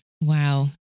Wow